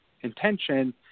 intention